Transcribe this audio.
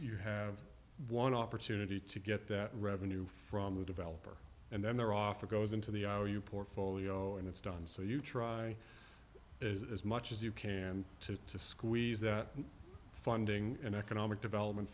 you have one opportunity to get that revenue from a developer and then their offer goes into the our your portfolio and it's done so you try as much as you can to squeeze that funding and economic development